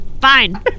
Fine